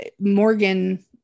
Morgan